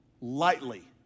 lightly